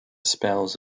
spells